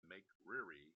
makerere